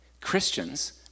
Christians